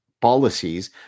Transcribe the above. policies